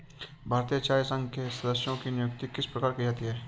भारतीय चाय संघ के सदस्यों की नियुक्ति किस प्रकार की जाती है?